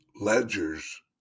ledgers